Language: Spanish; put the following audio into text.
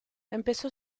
empezó